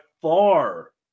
far